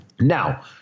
Now